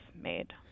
made